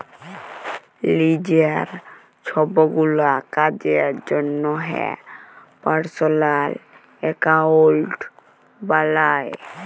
লিজের ছবগুলা কাজের জ্যনহে পার্সলাল একাউল্ট বালায়